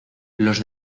los